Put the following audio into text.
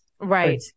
Right